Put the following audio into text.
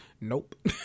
Nope